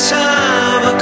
time